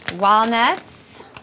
walnuts